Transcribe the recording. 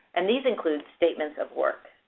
and these include statements of work.